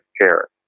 care